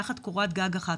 תחת קורת גג אחת,